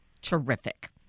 Terrific